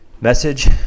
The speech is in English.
message